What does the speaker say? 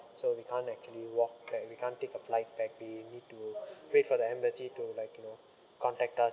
so we can't actually walk then we can't take a flight back we need to wait for the embassy to like you know contact us